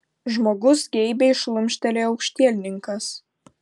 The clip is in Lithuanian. žmogus geibiai šlumštelėjo aukštielninkas